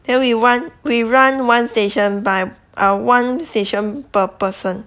then we want we run one station by err one station per person